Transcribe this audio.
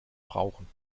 brauchen